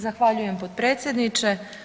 Zahvaljujem potpredsjedniče.